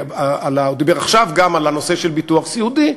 הוא דיבר עכשיו גם על הנושא של ביטוח סיעודי.